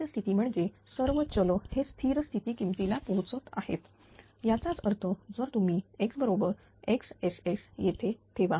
स्थिर स्थिती म्हणजेच सर्व चल हे स्थिर स्थिती किमतीला पोहोचत आहेत याचाच अर्थ जर तुम्ही X बरोबर XSS येथे ठेवा